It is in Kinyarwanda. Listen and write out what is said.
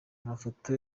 amafoto